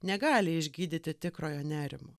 negali išgydyti tikrojo nerimo